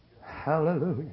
Hallelujah